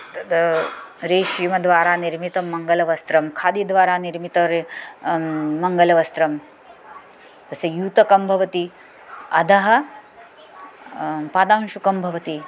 तद् रेषिमद्वारा निर्मितं मङ्गलवस्त्रं खादिद्वारा निर्मित मङ्गलवस्त्रं तस्य युतकं भवति अधः पादांशुकं भवति